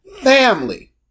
Family